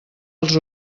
els